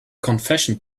confession